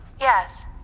Yes